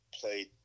Played